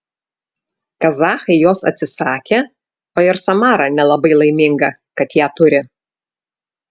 kazachai jos atsisakė o ir samara nelabai laiminga kad ją turi